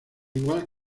igual